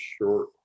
short